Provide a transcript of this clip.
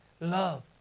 love